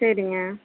சரிங்க